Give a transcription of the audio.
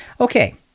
Okay